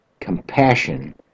compassion